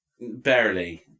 barely